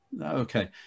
Okay